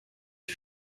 you